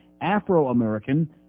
Afro-American